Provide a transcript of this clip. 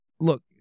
Look